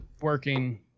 working